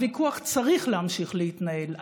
הוויכוח צריך להמשיך להתנהל,